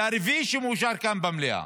זה הרביעי שמאושר כאן במליאה.